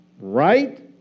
Right